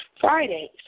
Fridays